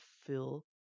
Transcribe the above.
fill